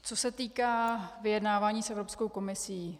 Co se týká vyjednávání s Evropskou komisí.